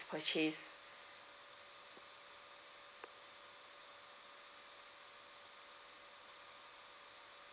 purchase